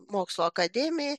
mokslo akademijai